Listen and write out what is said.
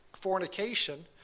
fornication